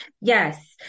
Yes